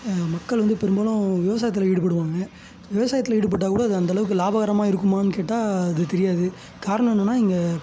மக்கள் வந்து பெரும்பாலும் விவசாயத்தில் ஈடுபடுவாங்க விவசாயத்தில் ஈடுபட்டால் கூட அது அந்த அளவுக்கு லாபகரமாக இருக்குமானு கேட்டால் அது தெரியாது காரணம் என்னென்னால் இங்கே